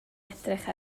edrych